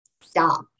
stop